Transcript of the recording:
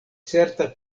certa